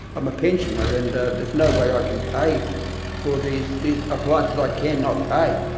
i'm a pensioner and there's no way i can pay for these these appliances. i cannot pay.